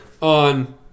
on